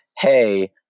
hey